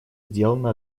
сделано